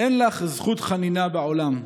"אין לך זכות חנינה בעולם.